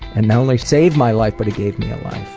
and not only saved my life, but it gave me a life.